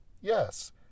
Yes